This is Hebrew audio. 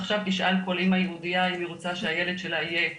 ועכשיו תשאל כל אמא יהודיה אם היא רוצה שהילד שלה יהיה מורה,